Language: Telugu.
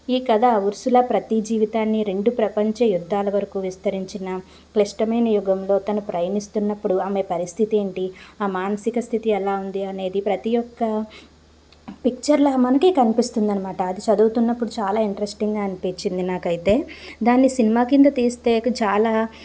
ఈ కథ ఉర్సుల ప్రతి జీవితాన్ని రెండు ప్రపంచ యుద్ధాల వరకు విస్తరించిన క్లిష్టమైన యుగంలో తన ప్రయాణిస్తున్నప్పుడు ఆమె పరిస్థితి ఏంటి ఆ మానసిక స్థితి ఎలా ఉంది అనేది ప్రతి ఒక్క పిక్చర్లాగా మనకి కనిపిస్తుంది అనమాట అది చదువుతున్నప్పుడు చాలా ఇంట్రెస్టింగ్గా అనిపించింది నాకైతే దాన్ని సినిమా కింద తీస్తే చాలా